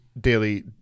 daily